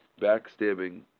backstabbing